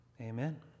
Amen